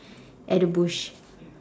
at the bush